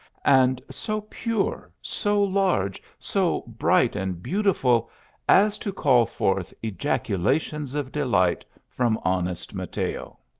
and so pure, so large, so bright and beautiful as to call forth ejaculations of delight from honest mateo.